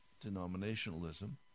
denominationalism